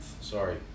sorry